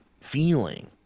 feeling